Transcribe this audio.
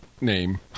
name